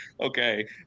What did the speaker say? okay